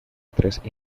tres